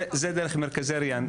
זה דרך מרכזי ריאן.